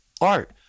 art